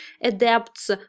adapts